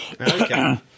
Okay